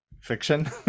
fiction